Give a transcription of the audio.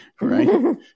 right